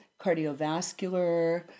cardiovascular